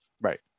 right